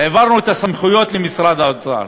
העברנו את הסמכויות למשרד האוצר.